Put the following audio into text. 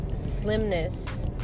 slimness